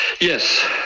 Yes